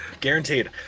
Guaranteed